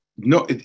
No